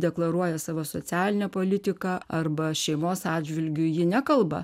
deklaruoja savo socialinę politiką arba šeimos atžvilgiu ji nekalba